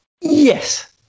Yes